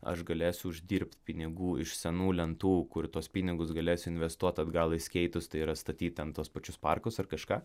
aš galėsiu uždirbt pinigų iš senų lentų kur tuos pinigus galėsiu investuot atgal į skeitus tai yra statyt ten tuos pačius parkus ar kažką